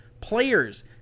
players